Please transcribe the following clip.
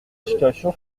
situation